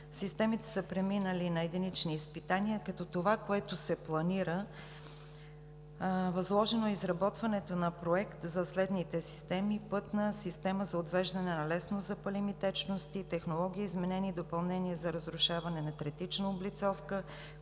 Системите са преминали на единични изпитания, като се планира и е възложено изработването на проект за следните системи: пътна система за отвеждане на леснозапалими течности; технологии, изменения и допълнения за разрушаване на третична облицовка;